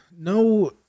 No